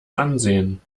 ansehen